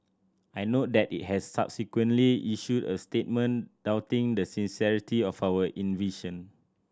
I note that it has subsequently issued a statement doubting the sincerity of our invitation